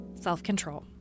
self-control